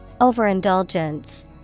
Overindulgence